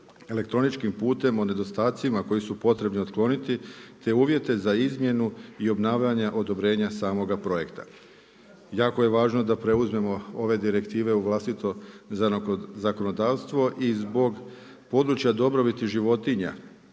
elektroničkim putem o nedostacima koju potrebni otkloniti te uvjete za izmjenu i obnavljanja odobrenja samoga projekta. Jako je važno da preuzmemo ove direktive u vlastito zakonodavstvo i zbog područja dobrobiti životinja